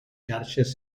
xarxes